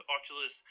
Oculus